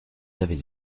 avez